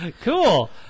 Cool